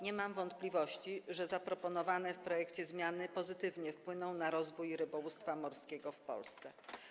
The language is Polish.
Nie mam wątpliwości, że zaproponowane w projekcie zmiany pozytywnie wpłyną na rozwój rybołówstwa morskiego w Polsce.